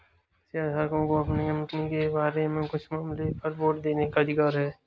शेयरधारकों को कंपनी के बारे में कुछ मामलों पर वोट देने का अधिकार है